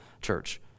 Church